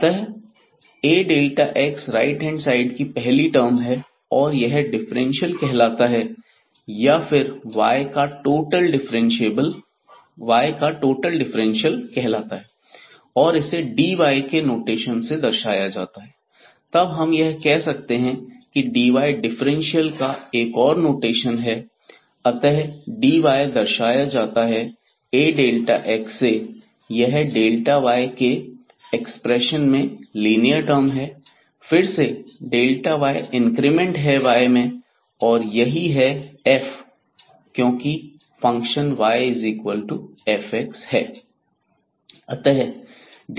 अतः Ax right hand side की पहली टर्म है और यह डिफरेंशियल कहलाता है या फिर y का टोटल डिफरेंशियल कहलाता है और इसे dy के नोटेशन से दर्शाया जाता है तब हम यह कह सकते हैं की dy डिफरेंशियल का एक और नोटेशन है अतः dy दर्शाया जाता है Ax से यह y के x प्रेशन में लिनियर टर्म है फिर से y इंक्रीमेंट है y में और यही f है क्योंकि फंक्शन yf है